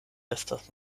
estas